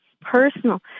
personal